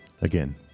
Again